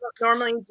normally